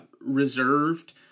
reserved